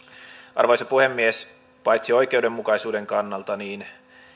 arvoisa puhemies paitsi oikeudenmukaisuuden kannalta